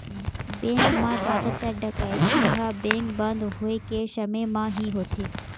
bank म जादातर डकैती ह बेंक बंद होए के समे म ही होथे